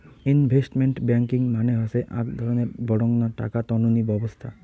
investment banking মানে হসে আক ধরণের বডঙ্না টাকা টননি ব্যবছস্থা